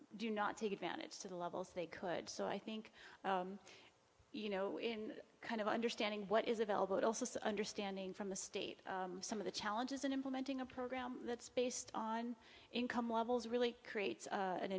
do not take advantage to the levels they could so i think you know in kind of understanding what is available it also understanding from the state some of the challenges in implementing a program that's based on income levels really creates an